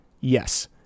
Yes